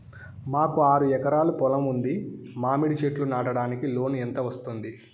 మాకు ఆరు ఎకరాలు పొలం ఉంది, మామిడి చెట్లు నాటడానికి లోను ఎంత వస్తుంది?